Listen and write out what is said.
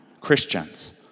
Christians